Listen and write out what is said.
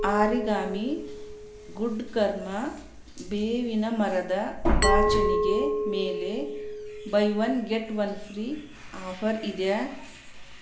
ಆರಿಗಾಮಿ good karma ಬೇವಿನ ಮರದ ಬಾಚಣಿಗೆ ಮೇಲೆ buy one get one free offer ಇದೆಯಾ